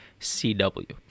CW